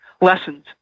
lessons